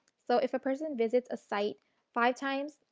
so, if a person visits a site five times,